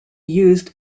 used